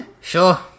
sure